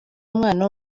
umwana